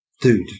Dude